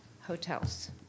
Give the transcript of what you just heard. hotels